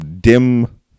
dim